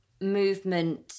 movement